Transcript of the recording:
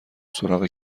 سراغ